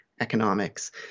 economics